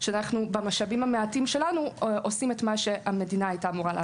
שאנחנו במשאבים המועטים שלנו עושים את מה שהמדינה הייתה אמורה לעשות.